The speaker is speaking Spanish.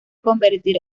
convertir